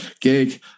gig